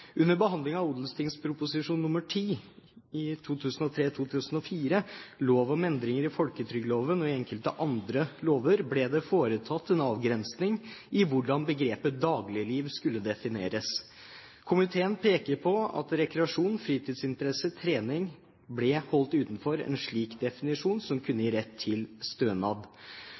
Under behandlingen av Ot.prp. nr. 10 for 2003–2004 om lov om endringer i folketrygdloven og i enkelte andre lover ble det foretatt en avgrensning i hvordan begrepet «dagligliv» skulle defineres. Komiteen peker på at rekreasjon, fritidsinteresser og trening ble holdt utenfor en slik definisjon som kunne gi rett til stønad.